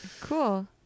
Cool